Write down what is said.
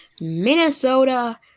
Minnesota